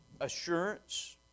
assurance